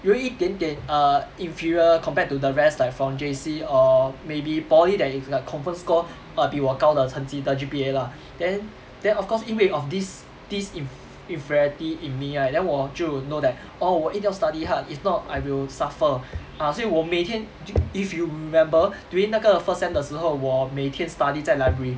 有一点点 err inferior compared to the rest like from J_C or maybe poly that you cannot confirm score err 比我高的成绩的 G_P_A lah then then of course 因为 of this this inf~ inferiority in me right then 我就 know that oh 我一定要 study hard if not I will suffer ah 所以我我每天 if you remember during 那个 first sem 的时候我每天 study 在 library